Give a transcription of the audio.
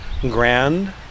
grand